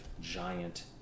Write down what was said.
giant